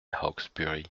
hawksbury